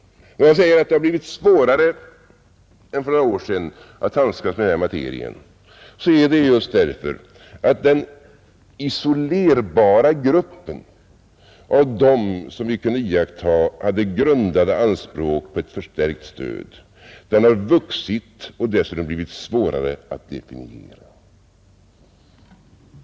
När man säger att det blivit svårare än för några år sedan att handskas med detta, är det just därför att den isolerbara gruppen av dem som vi kunde iaktta hade grundade anspråk på ett förstärkt stöd har vuxit och dessutom blivit svårare att definiera.